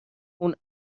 اون